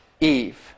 Eve